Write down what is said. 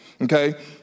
okay